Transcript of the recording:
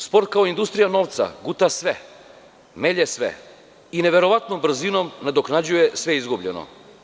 Sport kao industrija novca guta sve, melje sve i neverovatnom brzinom nadoknađuje sve izgubljeno.